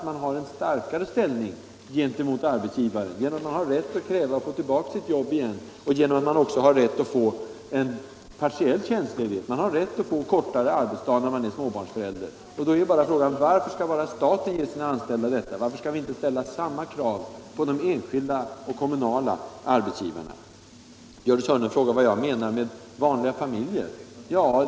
Man har en starkare ställning gentemot arbetsgivaren, genom att man har rätt att kräva att få tillbaka sitt jobb och genom att man också har rätt att få partiell tjänstledighet, kortare arbetsdag, när man är småbarnsförälder. 41 Då är frågan: Varför skall bara staten ge sina anställda denna rätt? Varför skall vi inte ställa samma krav på de enskilda och kommunala arbetsgivarna? Gördis Hörnlund frågar vad jag menar med vanliga familjer.